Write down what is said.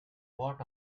what